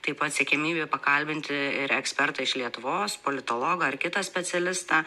taip pat siekiamybė pakalbinti ir ekspertą iš lietuvos politologą ar kitą specialistą